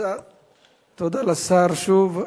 תודה לשר, שוב.